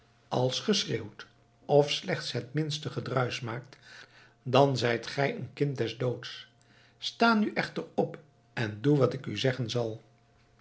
als ge schreeuwt of slechts het minste gedruisch maakt dan zijt gij een kind des doods sta nu echter op en doe wat ik u zeggen zal